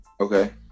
Okay